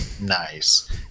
Nice